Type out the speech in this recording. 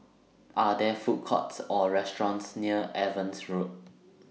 Are There Food Courts Or restaurants near Evans Road